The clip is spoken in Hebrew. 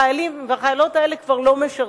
החיילים והחיילות האלה כבר לא משרתים,